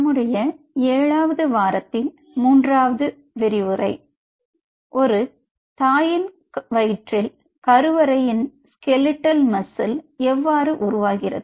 நம்முடைய ஏழாவது வாரத்தின் மூன்றாவது விரிவுரை ஒரு தாயின் வயிற்றில் கருவறையின் ஸ்கெலிடல் மசில் எவ்வாறு உருவாகிறது